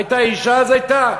הייתה אישה, אז הייתה.